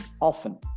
often